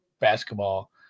basketball